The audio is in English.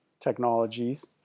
technologies